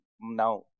Now